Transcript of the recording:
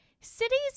cities